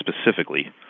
specifically